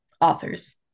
authors